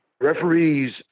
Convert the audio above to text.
Referees